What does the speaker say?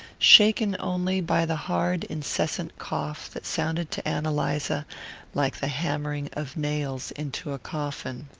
shaken only by the hard incessant cough that sounded to ann eliza like the hammering of nails into a coffin.